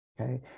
Okay